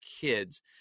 kids